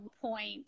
point